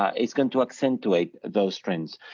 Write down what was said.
ah it's going to accentuate those trends.